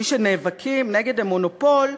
מי שנאבקים נגד המונופול,